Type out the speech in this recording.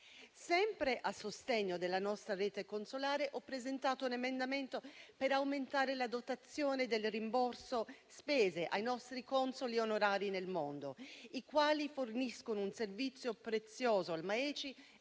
Sempre a sostegno della nostra rete consolare ho presentato un emendamento per aumentare la dotazione del rimborso spese ai nostri consoli onorari nel mondo, i quali forniscono un servizio prezioso al MAECI, praticamente